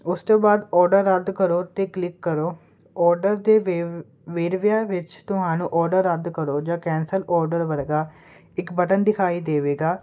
ਉਸ ਤੇ ਬਾਅਦ ਓਡਰ ਰੱਦ ਕਰੋ ਤੇ ਕਲਿੱਕ ਕਰੋ ਓਡਰ ਦੇ ਵੇਵ ਵੇਰਵਿਆਂ ਵਿੱਚ ਤੁਹਾਨੂੰ ਓਡਰ ਰੱਦ ਕਰੋ ਜਾਂ ਕੈਂਸਲ ਓਡਰ ਵਰਗਾ ਇੱਕ ਬਟਨ ਦਿਖਾਈ ਦੇਵੇਗਾ